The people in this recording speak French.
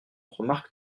remarque